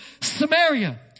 Samaria